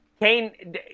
Kane